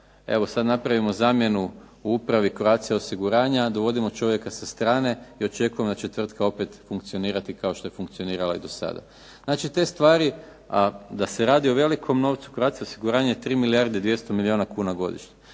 evo sad napravimo zamjenu u Upravi Croatia osiguranja, dovodimo čovjeka sa strane i očekujemo da će tvrtka opet funkcionirati kao što je funkcionirala i do sada. Znači te stvari, a da se radi o velikom novcu, Croatia osiguranje je 3 milijarde i 200 milijuna kuna godišnje.